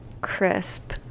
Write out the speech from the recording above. Crisp